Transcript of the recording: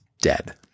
dead